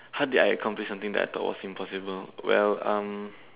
how did I complete something that I thought was impossible well um